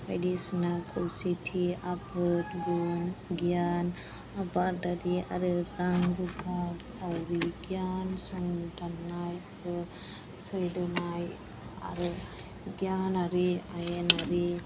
बायदिसिना खौसेथि आफोद गुन गियान आबादारि आरो रां रुफा राव बिगियान सानदांनाय आरो सैदोनाय आरो गियानआरि आयेनारि